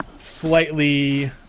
slightly